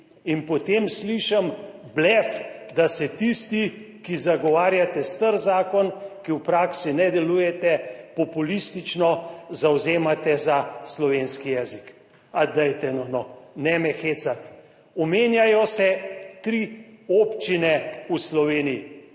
in potem slišim blef, da se tisti, ki zagovarjate star zakon, ki v praksi ne delujete populistično zavzemate za slovenski jezik, a dajte no, ne me hecati. Omenjajo se tri občine v Sloveniji,